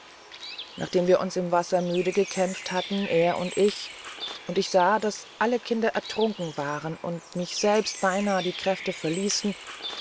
nachdem wir uns im wasser müde gekämpft hatten er und ich und ich sah daß alle kinder ertrunken waren und mich selbst beinahe die kräfte verließen